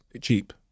cheap